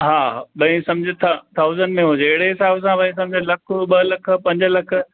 हा भाई सम्झ त थाउज़ंड में हुजे अहिड़े हिसाब सां भाई सम्झ लख ॿ लख पंज लख